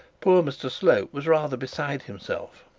poor mr slope was rather beside himself.